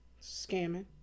Scamming